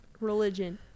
religion